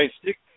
stick